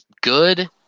good